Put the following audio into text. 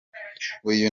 uyu